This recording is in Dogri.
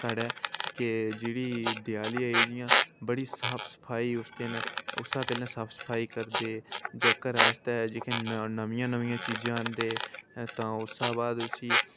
साढ़े के देआली आई जि'यां बड़ी साफ सफाई उस दिन उस्सै पैह्लें साफ सफाई करदे जो घरै आस्तै जेह्की न'म्मियां न'म्मियां चीज़ां आह्नदे तां उस शा बाद उसी